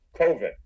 COVID